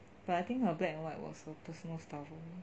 but I think her black and white was her personal style